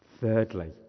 Thirdly